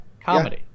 Comedy